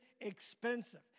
expensive